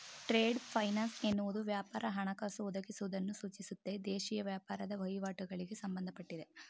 trade finance ಎನ್ನುವುದು ವ್ಯಾಪಾರ ಹಣಕಾಸು ಒದಗಿಸುವುದನ್ನು ಸೂಚಿಸುತ್ತೆ ದೇಶೀಯ ವ್ಯಾಪಾರದ ವಹಿವಾಟುಗಳಿಗೆ ಸಂಬಂಧಪಟ್ಟಿದೆ